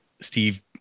Steve